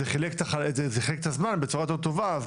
זה חילק את הזמן בצורה יותר טובה,